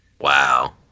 Wow